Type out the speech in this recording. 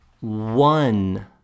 one